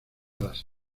las